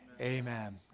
amen